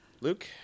Luke